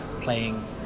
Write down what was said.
playing